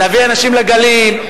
להביא אנשים לגליל,